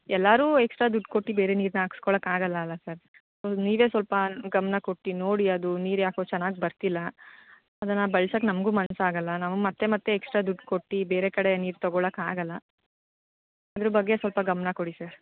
ಎಲ್ಲರೂ ಎಕ್ಸ್ಟ್ರ ದುಡ್ಡು ಕೊಟ್ಟು ಬೇರೆ ನೀರನ್ನ ಹಾಕ್ಸ್ಕೊಳಕ್ ಆಗೋಲ್ಲ ಅಲ್ಲ ಸರ್ ಸೊ ನೀವೇ ಸ್ವಲ್ಪ ಗಮನ ಕೊಟ್ಟು ನೋಡಿ ಅದು ನೀರು ಯಾಕೋ ಚೆನ್ನಾಗಿ ಬರ್ತಿಲ್ಲ ಅದನ್ನು ಬಳ್ಸಕ್ಕೆ ನಮಗೂ ಮನ್ಸು ಆಗೋಲ್ಲ ನಮ್ಗೆ ಮತ್ತೆ ಮತ್ತೆ ಎಕ್ಸ್ಟ್ರ ದುಡ್ಡು ಕೊಟ್ಟು ಬೇರೆ ಕಡೆ ನೀರು ತಗೋಳಕ್ಕೆ ಆಗೋಲ್ಲ ಅದ್ರ ಬಗ್ಗೆ ಸ್ವಲ್ಪ ಗಮನ ಕೊಡಿ ಸರ್